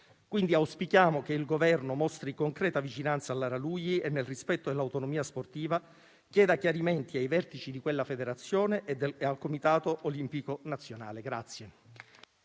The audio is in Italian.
quindi, che il Governo mostri concreta vicinanza a Lara Lugli e, nel rispetto dell'autonomia sportiva, chieda chiarimenti ai vertici di quella Federazione e al Comitato olimpico nazionale.